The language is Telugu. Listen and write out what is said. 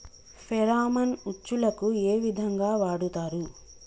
ఫెరామన్ ఉచ్చులకు ఏ విధంగా వాడుతరు?